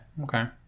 Okay